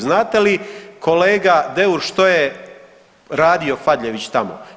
Znate li kolega Deur što je radio Fadljević tamo?